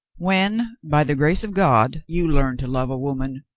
when, by the grace of god, you learn to love a woman